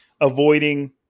avoiding